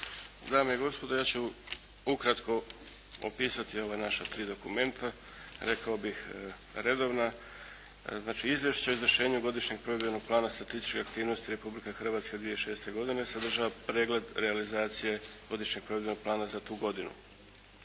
Dame i gospodo ja ću ukratko opisati ova naša tri dokumenta rekao bih redovna. Znači Izvješće o izvršenju godišnjeg provedbenog plana statističke aktivnosti Republike Hrvatske 2006. godine sadržava pregled realizacije Godišnjeg provedbenog plana za tu godinu.